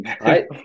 Right